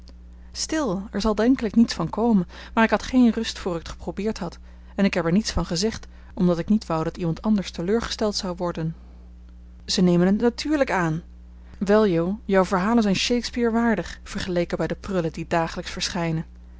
stil er zal denkelijk niets van komen maar ik had geen rust voor ik het geprobeerd had en ik heb er niets van gezegd omdat ik niet wou dat iemand anders teleurgesteld zou worden ze nemen het natuurlijk aan wel jo jouw verhalen zijn shakespeare waardig vergeleken bij de prullen die dagelijks verschijnen